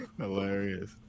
hilarious